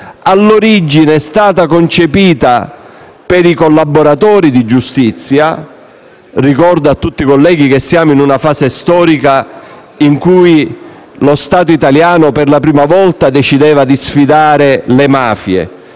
di giustizia, ma per i collaboratori di giustizia. Ricordo a tutti i colleghi che si era in una fase storica in cui lo Stato italiano per la prima volta decideva di sfidare le mafie,